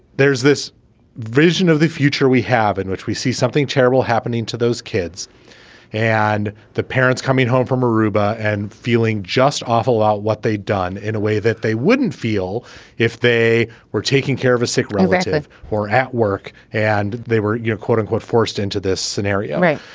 there's this vision of the future we have in which we see something terrible happening to those kids and the parents coming home from aruba and feeling just awful about what they'd done in a way that they wouldn't feel if they were taking care of a sick relative or at work. and they were, you know, quote unquote, forced into this scenario. right.